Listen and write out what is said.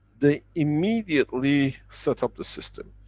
they immediately set up the system.